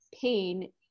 pain